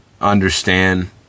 understand